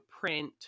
print